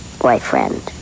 boyfriend